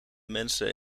mensen